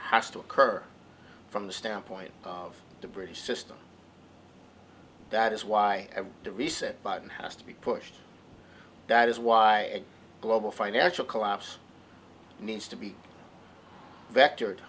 has to occur from the standpoint of the british system that is why the reset button has to be pushed that is why global financial collapse needs to be